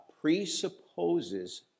presupposes